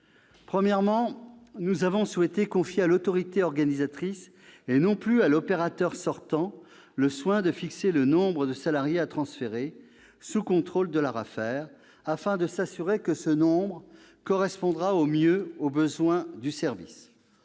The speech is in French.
d'abord, nous avons souhaité confier à l'autorité organisatrice, et non plus à l'opérateur sortant, le soin de fixer le nombre de salariés à transférer, sous le contrôle de l'ARAFER, afin d'assurer que ce nombre corresponde au mieux aux besoins du service.